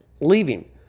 Leaving